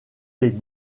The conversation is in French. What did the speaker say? les